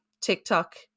TikTok